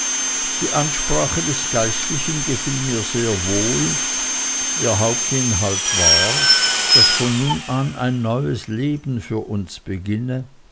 die ansprache des geistlichen gefiel mir sehr wohl ihr hauptinhalt war daß von nun an ein neues leben für uns beginne